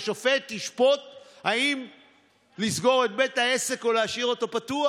שהשופט ישפוט אם לסגור את בית העסק או להשאיר אותו פתוח.